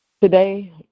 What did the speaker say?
Today